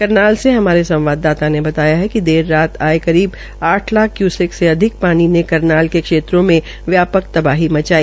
करनाल से हमारे संवाददाता ने बताया कि देर रात आये करीब आठ लाख क्यूसेक से अधिक पानी ने करनाल के क्षेत्रों में व्यापक तबाही मचाई